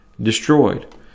destroyed